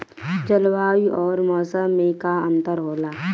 जलवायु और मौसम में का अंतर होला?